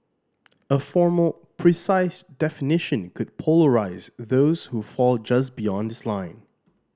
a formal precise definition could polarise those who fall just beyond this line